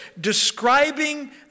describing